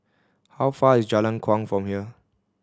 how far is Jalan Kuang from here